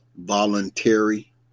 voluntary